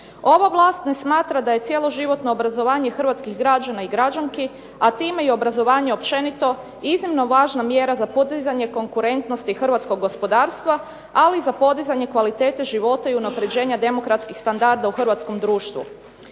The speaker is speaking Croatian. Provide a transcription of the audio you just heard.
ova vlast ne smatra da je cjeloživotno obrazovanje hrvatskih građana i građanki, a time i obrazovanje općenito iznimno važna mjera za podizanje konkurentnosti hrvatskog gospodarstva, ali i za podizanje kvalitete života i unapređenja demokratskih standarda u hrvatskom društvu.